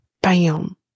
bam